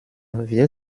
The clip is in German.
wir